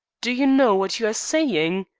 do you know what you are saying?